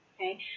Okay